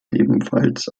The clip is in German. ebenfalls